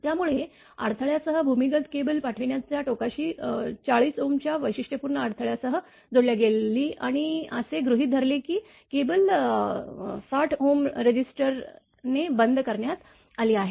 त्यामुळे आणि अडथळ्यासह भूमिगत केबल पाठवण्याच्या टोकाशी 40 च्या वैशिष्ट्यपूर्ण अडथळ्यासह जोडल्या गेली आणि असे गृहीत धरले की केबल 60 रजिस्टर नेबंद करण्यात आली आहे